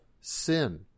sin